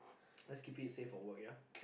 let's keep it safe for work here